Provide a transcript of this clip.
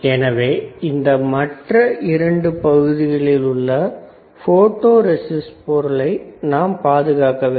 எனவே இந்த மற்ற இரண்டு பகுதிகளிலுள்ள போட்டோ ரெஸிஸ்ட் பொருளை நாம் பாதுகாக்க வேண்டும்